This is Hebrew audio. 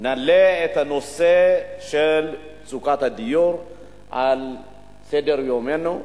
נעלה את הנושא של מצוקת הדיור על סדר-יומנו.